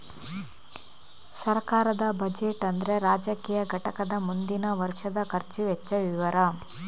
ಸರ್ಕಾರದ ಬಜೆಟ್ ಅಂದ್ರೆ ರಾಜಕೀಯ ಘಟಕದ ಮುಂದಿನ ವರ್ಷದ ಖರ್ಚು ವೆಚ್ಚ ವಿವರ